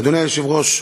אדוני היושב-ראש,